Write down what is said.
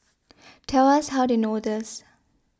tell us how they know this